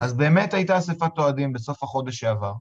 ‫אז באמת הייתה אספת אוהדים ‫בסוף החודש שעבר.